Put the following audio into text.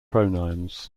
pronouns